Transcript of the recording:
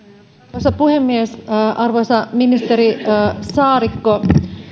arvoisa puhemies arvoisa ministeri saarikko